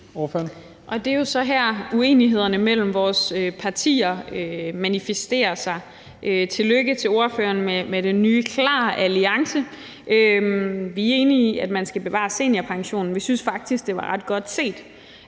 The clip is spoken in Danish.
Det er jo så her, uenighederne mellem vores partier manifesterer sig. Tillykke til ordføreren med den nye KLAR-alliance. Vi er enige i, at man skal bevare seniorpensionen. Vi synes faktisk, at det var ret godt set,